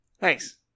Thanks